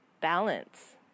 balance